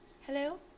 Hello